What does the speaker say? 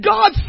God